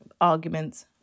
arguments